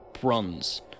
bronze